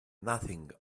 nothing